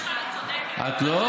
את לא.